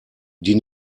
die